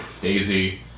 Daisy